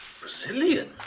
brazilian